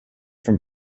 from